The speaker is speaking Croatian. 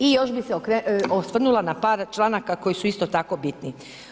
I još bi se osvrnula na par članaka koji su isto tako bitni.